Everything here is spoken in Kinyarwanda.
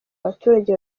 abaturage